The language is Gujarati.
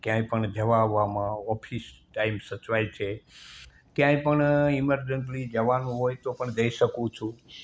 ક્યાંય પણ જવા આવવામાં ઑફિસ ટાઇમ સચવાય છે ક્યાંય પણ ઇમરજન્સી જવાનું હોય તો પણ જઈ શકું છું